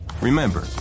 Remember